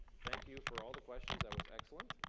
thank you for all the questions. that was excellent.